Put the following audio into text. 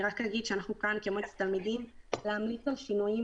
אני רק אומר אנחנו כאן כמועצת התלמידים להמליץ על שינויים